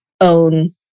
own